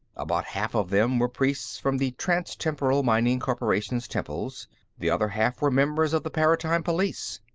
about half of them were priests from the transtemporal mining corporation's temples the other half were members of the paratime police.